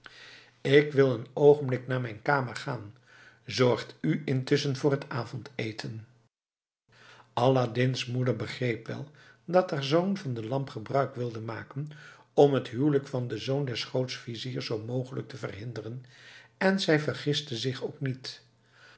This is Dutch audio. ik wil een oogenblik naar mijn kamer gaan zorgt u intusschen voor het avondeten aladdin's moeder begreep wel dat haar zoon van de lamp gebruik wilde maken om het huwelijk van den zoon des grootviziers zoo mogelijk te verhinderen en zij vergiste zich ook niet